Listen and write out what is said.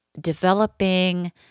developing